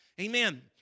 Amen